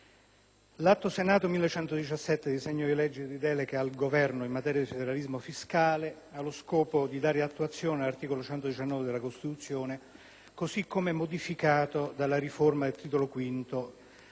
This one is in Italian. l'Atto Senato n. 1117, disegno di legge di delega al Governo in materia di federalismo fiscale, ha lo scopo di dare attuazione all'articolo 119 della Costituzione, così come modificato dalla riforma del Titolo V